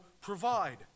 provide